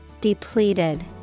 depleted